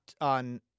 on